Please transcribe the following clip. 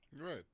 Right